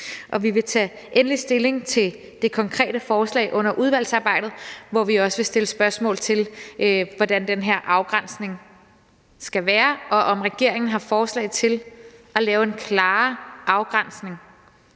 Vi vil tage endelig stilling til det konkrete forslag under udvalgsarbejdet, hvor vi også vil stille spørgsmål til, hvordan den her afgrænsning skal være, og om regeringen har forslag til at lave en klarere afgrænsning,